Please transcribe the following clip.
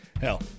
Hell